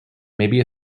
maybe